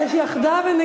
השר שמייצג את היחדה.